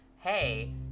hey